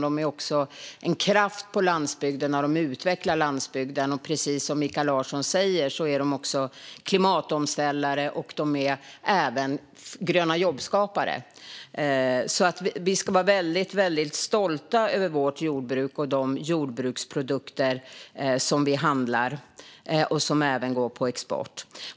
De är också en kraft på landsbygden. De utvecklar landsbygden. Precis som Mikael Larsson säger är de klimatomställare, och de är även gröna jobb-skapare. Vi ska vara väldigt stolta över vårt jordbruk och de jordbruksprodukter som vi handlar och som även går på export.